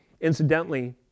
Incidentally